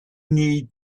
need